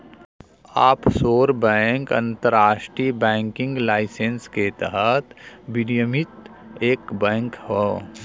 offshore bank अंतरराष्ट्रीय banking licence के तहत विनियमित एक बैंक हौ